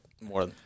more